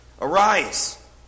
Arise